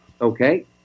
Okay